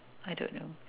I don't know